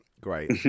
great